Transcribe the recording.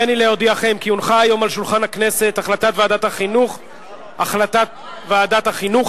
הריני להודיעכם כי הונחה היום על שולחן הכנסת החלטת ועדת החינוך,